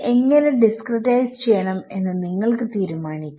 എങ്ങനെ ഡിസ്ക്രിടൈസ് ചെയ്യണം എന്ന് നിങ്ങൾക്ക് തീരുമാനിക്കാം